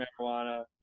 marijuana